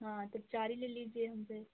हाँ तो चार ही ले लीजिए हमसे